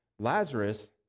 Lazarus